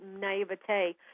naivete